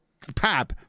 Pab